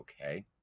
Okay